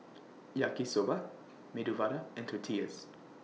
Yaki Soba Medu Vada and Tortillas